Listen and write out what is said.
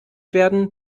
werden